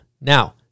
Now